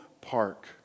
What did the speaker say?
park